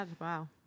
wow